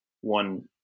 one